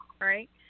Right